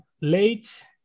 late